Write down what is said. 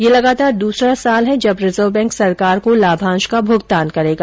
यह लगातार द्रसरा साल होगा जब रिजर्व बैंक सरकार को लाभांश का भुगतान करेगा